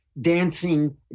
dancing